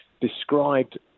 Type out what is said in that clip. described